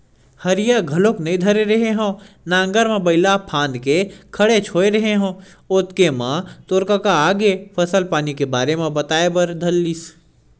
हरिया घलोक नइ धरे रेहे हँव नांगर म बइला फांद के खड़ेच होय रेहे हँव ओतके म तोर कका आगे फसल पानी के बारे म बताए बर धर लिस